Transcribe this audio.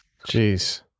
Jeez